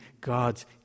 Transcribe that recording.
God's